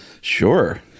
Sure